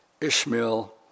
Ishmael